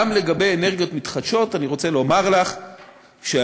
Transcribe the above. גם לגבי אנרגיות מתחדשות אני רוצה לומר לך שאני